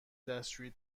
دستشویی